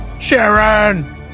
Sharon